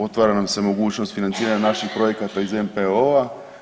Otvara nam se mogućnost financiranja naših projekata iz MPO-a.